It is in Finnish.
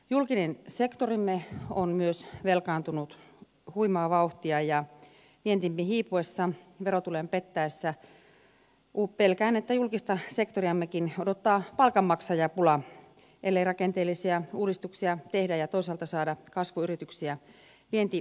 julkinen sektorimme on myös velkaantunut huimaa vauhtia ja vientimme hiipuessa verotulojen pettäessä pelkään että julkista sektoriammekin odottaa palkanmaksajapula ellei rakenteellisia uudistuksia tehdä ja toisaalta saada kasvuyrityksiä vientisektorille